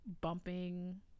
Bumping